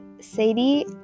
Sadie